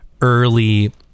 early